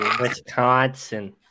Wisconsin